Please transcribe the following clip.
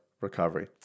recovery